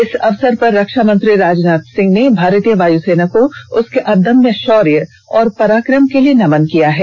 इस अवसर पर रक्षामंत्री राजनाथ सिंह ने भारतीय वायुसेना को उसके अदम्य शौर्य और पराक्रम के लिए नमन किया है